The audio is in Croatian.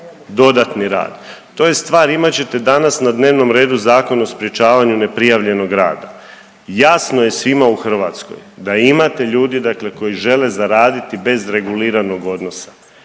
dodatni rad. To je stvar, imat ćete danas na dnevnom redu Zakon o sprječavanju neprijavljenog rada. Jasno se svima u Hrvatskoj da imate ljudi dakle koji žele zaraditi bez reguliranog odnosa